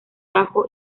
bajo